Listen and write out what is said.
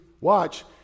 watch